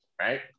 right